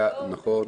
נכון.